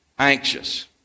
anxious